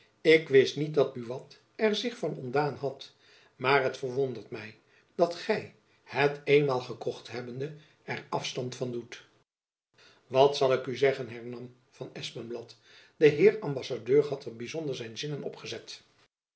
ik wist niet dat buat er zich van ontdaan had maar het verwondert my dat gy het eenmaal gekocht hebbende er afstand van doet jacob van lennep elizabeth musch wat zal ik u zeggen hernam van espenblad de heer ambassadeur had er byzonder zijn zinnen op gezet